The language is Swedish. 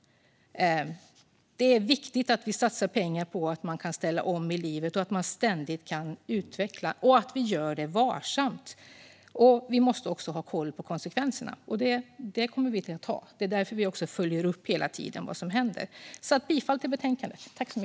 Det är viktigt att satsa pengar på att människor kan ställa om i livet och ständigt utvecklas. Det måste dock göras varsamt, och vi måste ha koll på konsekvenserna. Därför följer vi hela tiden upp vad som händer. Jag yrkar bifall till utskottets förslag.